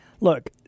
Look